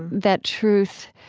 that truth